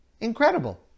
incredible